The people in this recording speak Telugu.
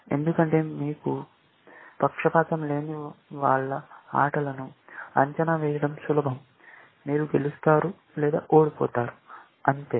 ఎందుకంటే మీకు పక్షపాతం లేని వాళ్ళ ఆటలను అంచనా వేయడం సులభం మీరు గెలుస్తారు లేదా ఓడిపోతారు అంతే